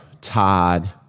Todd